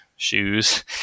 shoes